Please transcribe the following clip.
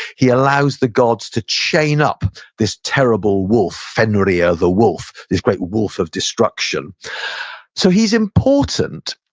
he allows the gods to chain up this terrible wolf, fenrir the wolf, this great wolf of destruction so he's important,